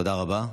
תודה רבה.